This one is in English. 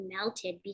melted